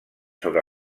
sobre